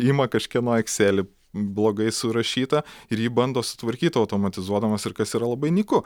ima kažkieno ekselį blogai surašytą ir jį bando sutvarkyt automatizuodamas ir kas yra labai nyku